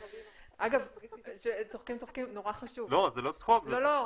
אגב, צוחקים, אבל זה נורא חשוב.